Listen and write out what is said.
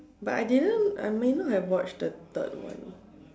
but I didn't I may not have watched the third one